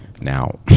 Now